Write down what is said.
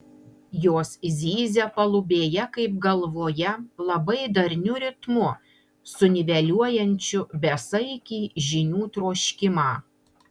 jos zyzia palubėje kaip galvoje labai darniu ritmu suniveliuojančiu besaikį žinių troškimą